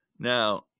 Now